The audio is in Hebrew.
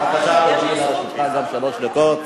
גם לרשותך שלוש דקות.